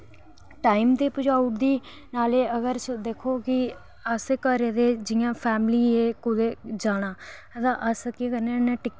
time दे पजाई ओड़दी नाल ऐ अगर दिक्खो जी अस घरै दे एह् फैमिली कुतै जाना तां अस केह् करने होन्ने कि